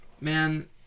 man